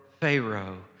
Pharaoh